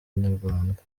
inyarwanda